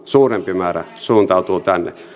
suurempi määrä suuntautuu tänne